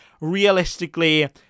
Realistically